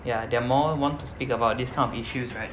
ya they're more wont to speak about this kind of issues right